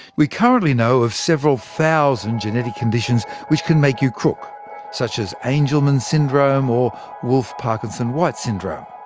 we currently know of several thousand genetic conditions which can make you crook such as angelman syndrome or wolf-parkinson-white syndrome.